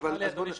אדוני,